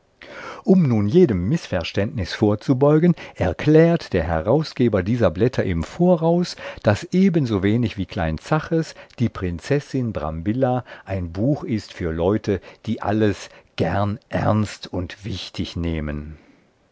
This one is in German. um nun jedem mißverständnis vorzubeugen erklärt der herausgeber dieser blätter im voraus daß ebensowenig wie klein zaches die prinzessin brambilla ein buch ist für leute die alles gern ernst und wichtig nehmen